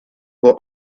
will